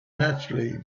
naturally